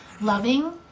loving